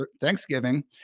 Thanksgiving